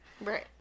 Right